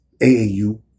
AAU